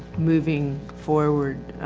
moving forward